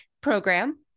program